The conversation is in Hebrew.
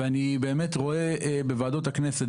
ואני באמת רואה בוועדות הכנסת,